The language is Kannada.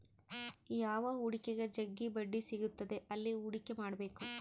ಯಾವ ಹೂಡಿಕೆಗ ಜಗ್ಗಿ ಬಡ್ಡಿ ಸಿಗುತ್ತದೆ ಅಲ್ಲಿ ಹೂಡಿಕೆ ಮಾಡ್ಬೇಕು